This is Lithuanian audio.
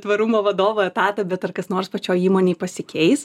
tvarumo vadovo etatą bet ar kas nors pačioj įmonėj pasikeis